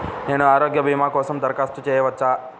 నేను ఆరోగ్య భీమా కోసం దరఖాస్తు చేయవచ్చా?